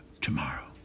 tomorrow